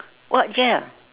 what gel